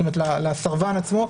זאת אומרת, לסרבן עצמו.